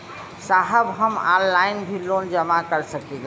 साहब हम ऑनलाइन भी लोन जमा कर सकीला?